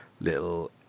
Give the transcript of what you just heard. little